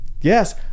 Yes